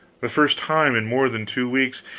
the first time in more than two weeks,